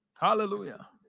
Hallelujah